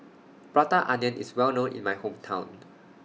Prata Onion IS Well known in My Hometown